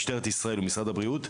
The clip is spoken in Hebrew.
משטרת ישראל ומשרד הבריאות,